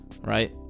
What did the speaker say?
Right